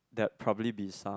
that probably be some